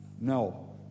No